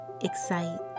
excite